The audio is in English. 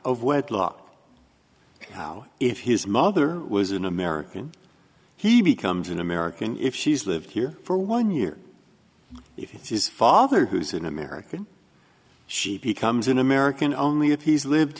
of wedlock now if his mother was an american he becomes an american if she's lived here for one year if his father who's an american she becomes an american only if he's lived